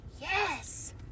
yes